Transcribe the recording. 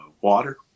water